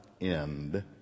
end